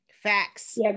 Facts